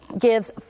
gives